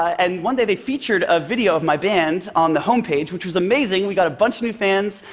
and one day they featured a video of my band on the homepage, which was amazing we got a bunch of new fans.